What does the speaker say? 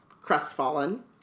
crestfallen